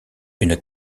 une